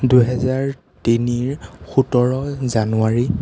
দুহেজাৰ তিনিৰ সোতৰ জানুৱাৰী